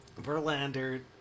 Verlander